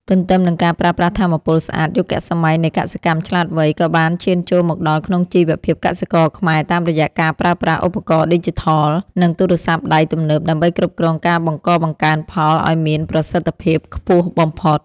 ទន្ទឹមនឹងការប្រើប្រាស់ថាមពលស្អាត យុគសម័យនៃកសិកម្មឆ្លាតវៃ ក៏បានឈានចូលមកដល់ក្នុងជីវភាពកសិករខ្មែរតាមរយៈការប្រើប្រាស់ឧបករណ៍ឌីជីថល និងទូរស័ព្ទដៃទំនើប ដើម្បីគ្រប់គ្រងការបង្កបង្កើនផលឱ្យមានប្រសិទ្ធភាពខ្ពស់បំផុត។